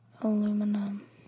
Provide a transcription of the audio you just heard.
aluminum